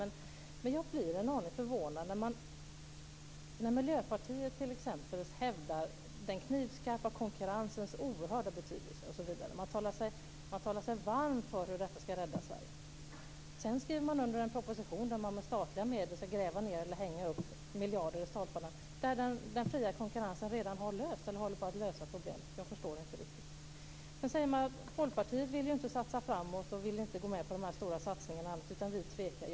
Men jag blir en aning förvånad. Miljöpartiet hävdar t.ex. den knivskarpa konkurrensens oerhörda betydelse osv. Man talar sig varm för hur detta ska rädda Sverige. Sedan skriver Miljöpartiet under en proposition som innebär att man med statliga medel ska gräva ned eller hänga upp miljarder i stolparna där den fria konkurrensen redan har löst, eller håller på att lösa, problemen. Jag förstår det inte riktigt. Man säger att Folkpartiet inte vill satsa framåt och inte vill gå med på de här stora satsningarna utan tvekar.